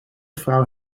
vrouw